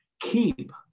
Keep